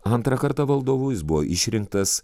antrą kartą valdovu jis buvo išrinktas